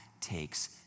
takes